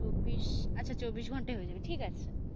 চব্বিশ আচ্ছা চব্বিশ ঘন্টায় হয়ে যাবে ঠিক আছে